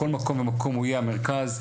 כל מקום ומקום הוא יהיה המרכז,